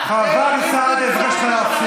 חבר הכנסת סעדי, אני מבקש ממך להפסיק.